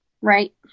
Right